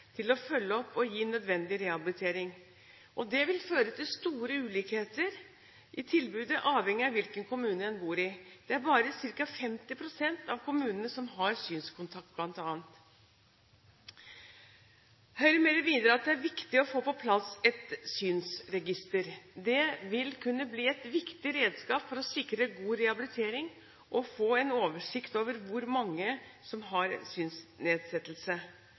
til å følge opp og gi nødvendig rehabilitering. Det vil føre til store ulikheter i tilbudet, avhengig av hvilken kommune man bor i. Det er bare ca. 50 pst. av kommunene som har bl.a. synskontakt. Høyre mener videre at det er viktig å få på plass et synsregister. Det vil kunne bli et viktig redskap for å sikre god rehabilitering og for å få en oversikt over hvor mange som har en synsnedsettelse.